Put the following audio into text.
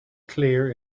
clear